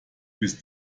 bist